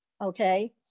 okay